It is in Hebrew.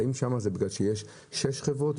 האם שמה זה בגלל שיש שש חברות,